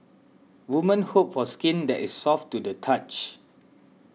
women hope for skin that is soft to the touch